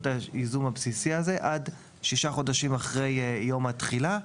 ייזום בסיסי עד שישה חודשים אחרי יום התחילה.